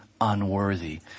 unworthy